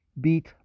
beat